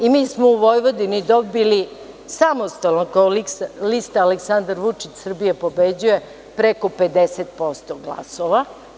I mi smo u Vojvodini dobili samostalno kao lista Aleksandar Vučić – Srbija pobeđuje preko 50% glasova.